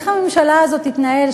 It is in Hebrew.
איך הממשלה הזאת תתנהל?